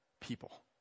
people